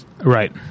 Right